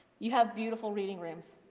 you have beautiful reading rooms.